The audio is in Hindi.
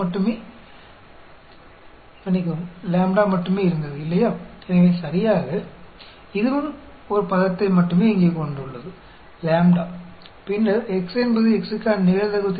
तो प्रोबेबिलिटी डेंसिटी फ़ंक्शन इस तरह के एक संबंध के साथ आता है आपके पास यदि आपको याद है पॉइसन डिस्ट्रीब्यूशन में हमारे पास केवल एक टर्म ⎣ है ठीक है